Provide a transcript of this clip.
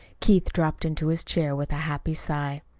keith dropped into his chair with a happy sigh.